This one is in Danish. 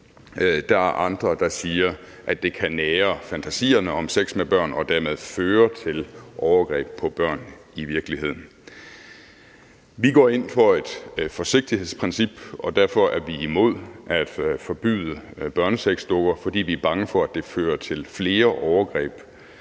Der er andre, der siger, at det kan nære fantasierne om sex med børn og dermed føre til overgreb på børn i virkeligheden. Vi går ind for et forsigtighedsprincip, og derfor er vi imod at forbyde børnesexdukker, fordi vi er bange for, at det fører til flere overgreb